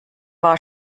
war